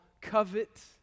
covet